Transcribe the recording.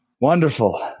Wonderful